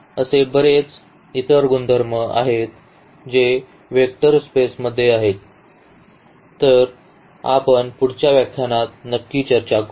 तर असे बरेच इतर गुणधर्म आहेत जे वेक्टर स्पेसमध्ये आहेत तर आपण पुढच्या व्याख्यानात नक्की चर्चा करू